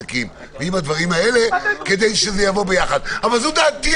החינוך ילוו ככל הנראה גם בביטול- -- גם של טיסות,